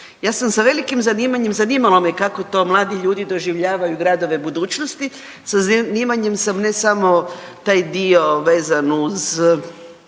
Ja sam sa velikim zanimanjem, zanimalo me kako to mladi ljudi doživljavaju gradove budućnosti, sa zanimanjem sam ne samo taj dio vezan uz